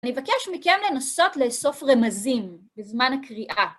אני מבקש מכם לנסות לאסוף רמזים בזמן הקריאה.